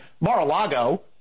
Mar-a-Lago